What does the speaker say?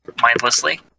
mindlessly